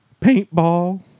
paintball